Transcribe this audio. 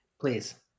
Please